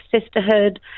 sisterhood